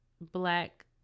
black